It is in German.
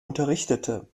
unterrichtete